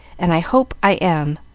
and i hope i am.